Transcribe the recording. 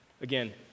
Again